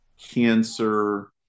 cancer